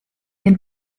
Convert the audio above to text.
den